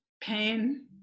pain